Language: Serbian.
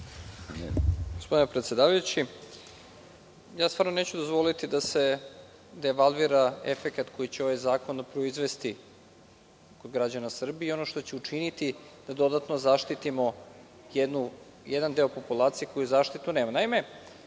**Nebojša Stefanović** Stvarno neću dozvoliti da se devalvira efekat koji će ovaj zakon proizvesti kod građana Srbije i ono što ću učiniti da dodatno zaštitimo jedan deo populacije koji zaštitu